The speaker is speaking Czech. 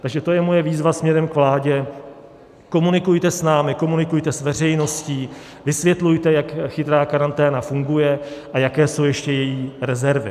Takže to je moje výzva směrem k vládě: Komunikujte s námi, komunikujte s veřejností, vysvětlujte, jak chytrá karanténa funguje a jaké jsou ještě její rezervy.